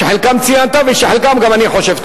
שחלקם ציינת ושחלקם גם אני חושב,